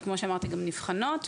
וכמו שאמרתי גם נבחנות,